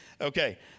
Okay